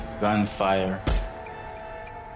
gunfire